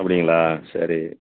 அப்படிங்களா சரி